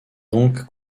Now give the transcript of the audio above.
donc